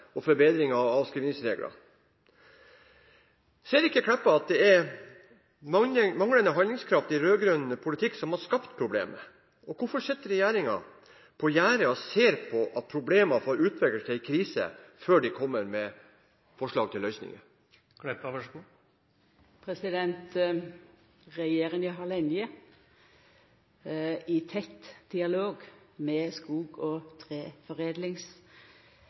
og forbedringer av avskrivningsregler. Ser ikke Meltveit Kleppa at det er manglende handlingskraft i rød-grønn politikk som har skapt problemet? Hvorfor sitter regjeringen på gjerdet og ser på at problemer får utvikle seg til en krise før de kommer med forslag til løsninger? Regjeringa har lenge hatt ein tett dialog med skog- og